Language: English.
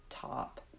top